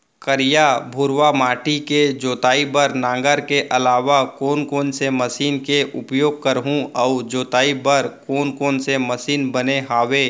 करिया, भुरवा माटी के जोताई बर नांगर के अलावा कोन कोन से मशीन के उपयोग करहुं अऊ जोताई बर कोन कोन से मशीन बने हावे?